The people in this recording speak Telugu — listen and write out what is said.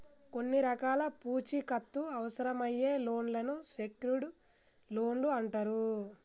కొన్ని రకాల పూచీకత్తు అవసరమయ్యే లోన్లను సెక్యూర్డ్ లోన్లు అంటరు